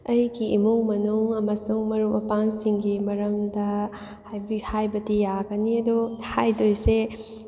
ꯑꯩꯒꯤ ꯏꯃꯨꯡ ꯃꯅꯨꯡ ꯑꯃꯁꯨꯡ ꯃꯔꯨꯞ ꯃꯄꯥꯡꯁꯤꯡꯒꯤ ꯃꯔꯝꯗ ꯍꯥꯏꯕꯗꯤ ꯌꯥꯒꯅꯤ ꯑꯗꯣ ꯍꯥꯏꯗꯣꯏꯁꯦ